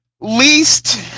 least